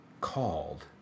called